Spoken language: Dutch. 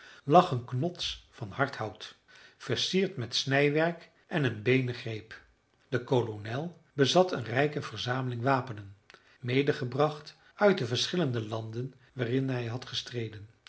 een knots van hard hout versierd met snijwerk en een beenen greep de kolonel bezat een rijke verzameling wapenen medegebracht uit de verschillende landen waarin hij had gestreden